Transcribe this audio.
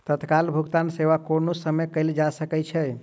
तत्काल भुगतान सेवा कोनो समय कयल जा सकै छै